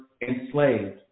enslaved